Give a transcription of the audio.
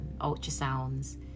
ultrasounds